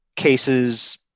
cases